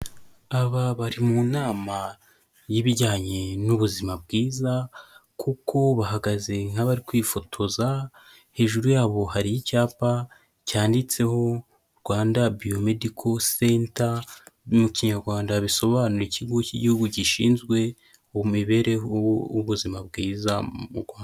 Aba bari mu nama y'ibijyanye n'ubuzima bwiza, kuko bahagaze nk'abari kwifotoza, hejuru yabo hari icyapa cyanditseho Rwanda Biyomediko Senta mu kinyarwanda bisobanuye ikigo cy'igihugu gishinzwe umibereho w'ubuzima bwiza mu Rwa.